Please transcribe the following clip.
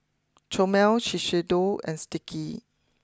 Chomel Shiseido and Sticky